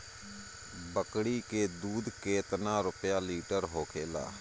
बकड़ी के दूध केतना रुपया लीटर होखेला?